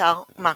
באתר מאקו,